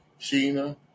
Sheena